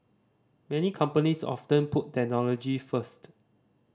many companies often put technology first